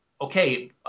okay